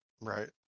Right